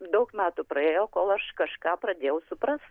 daug metų praėjo kol aš kažką pradėjau suprast